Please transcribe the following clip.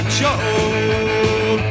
job